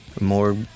more